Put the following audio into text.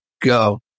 go